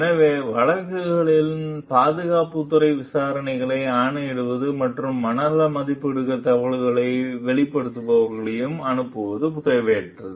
எனவே வழக்குகளின் பாதுகாப்புத் துறை விசாரணைகளை ஆணையிடுவது மற்றும் மனநல மதிப்பீடுகளுக்கு தகவல்களை வெளிடுபவர்களை அனுப்புவது தேவையற்றது